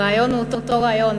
הרעיון הוא אותו רעיון.